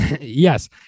yes